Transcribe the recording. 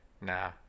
Nah